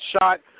shot